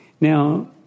Now